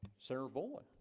sir boy,